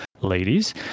ladies